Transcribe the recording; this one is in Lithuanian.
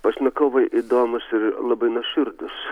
pašnekovai įdomūs ir labai nuoširdūs